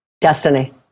destiny